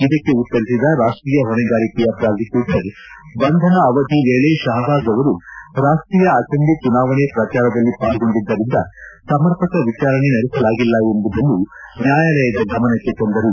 ಇದಕ್ಕೆ ಉತ್ತರಿಸಿದ ರಾಷ್ಟೀಯ ಹೊಣೆಗಾರಿಕೆಯ ಪ್ರಾಸಿಕ್ನೂಟರ್ ಬಂಧನ ಅವಧಿ ವೇಳೆ ಶಹಬಾಜ್ ಅವರು ರಾಷ್ಷೀಯ ಅಸೆಂಬ್ಲಿ ಚುನಾವಣೆ ಪ್ರಚಾರದಲ್ಲಿ ಪಾಲ್ಗೊಂಡಿದ್ದರಿಂದ ಸಮರ್ಪಕ ವಿಚಾರಣೆ ನಡೆಸಲಾಗಿಲ್ಲ ಎಂಬುದನ್ನು ನ್ಲಾಯಾಲಯದ ಗಮನಕ್ಕೆ ತಂದರು